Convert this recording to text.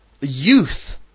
Youth